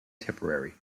tipperary